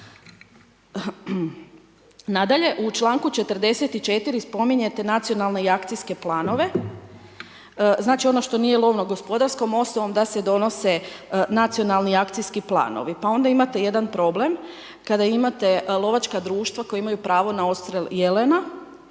Nadalje, u članku 44. spominjete nacionalne i akcijske planove. Znači ono što nije lovno gospodarskom osnovom da se donose nacionalni i akcijski planovi pa onda imate jedan problem, kada imate lovačka društva koja imaju pravo odstrjel jelena,